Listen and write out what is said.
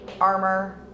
armor